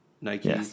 Nike